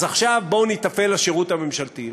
אז עכשיו בואו ניטפל לשירות הממשלתי,